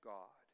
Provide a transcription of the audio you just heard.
God